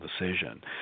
decision